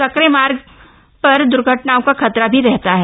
संकरे मार्ग पर दुर्घटनाओं का खतरा भी रहता है